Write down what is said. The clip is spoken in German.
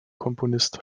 komponist